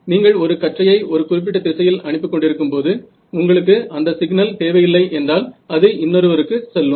நீங்கள் ஒரு கற்றையை ஒரு குறிப்பிட்ட திசையில் அனுப்பிக் கொண்டிருக்கும் போது உங்களுக்கு அந்த சிக்னல் தேவையில்லை என்றால் அது இன்னொருவருக்கு செல்லும்